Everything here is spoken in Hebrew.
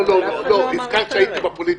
אף אחד לא אמר אחרת.